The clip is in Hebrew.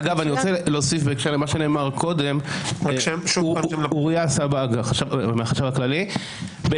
אני רוצה להוסיף בהקשר למה שנאמר קודם על חמש שנים